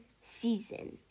season